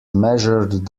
measured